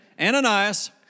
Ananias